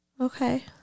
Okay